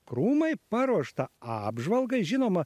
krūmai paruošta apžvalgai žinoma